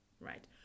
right